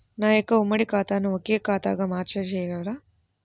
నా యొక్క ఉమ్మడి ఖాతాను ఒకే ఖాతాగా చేయగలరా?